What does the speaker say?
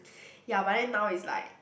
ya but then now is like